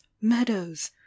meadows